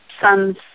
sons